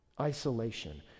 Isolation